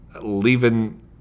leaving